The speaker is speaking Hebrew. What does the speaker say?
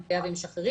משחררים,